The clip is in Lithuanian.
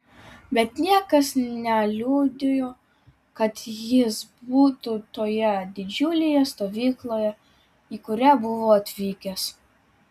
bet niekas neliudijo kad jis būtų toje didžiulėje stovykloje į kurią buvo atvykęs